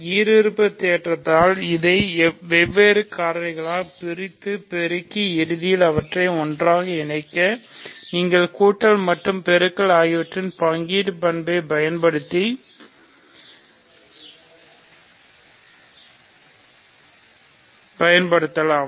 ஈருறுப்பு தேற்றத்தால் இதை வெவ்வேறு காரணிகளாகப் பிரித்து பெருக்கி இறுதியில் அவற்றை ஒன்றாக இணைக்க நீங்கள் கூட்டல் மற்றும் பெருக்கல் ஆகியவற்றின்பங்கீட்டுப் பண்பை பயன்படுத்தலாம்